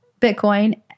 Bitcoin